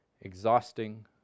exhausting